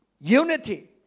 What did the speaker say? unity